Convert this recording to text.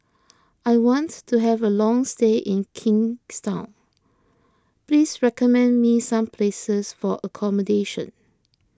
I want to have a long stay in Kingstown please recommend me some places for accommodation